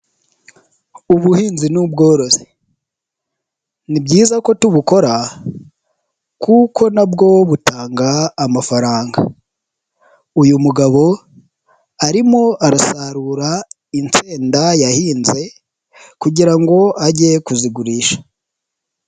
Ubuhinzi n'ubworozi ni byiza ko tubukora kuko na bwo butanga amafaranga. Uyu mugabo arimo arasarura insenda yahinze kugira ngo ajye kuzigurisha.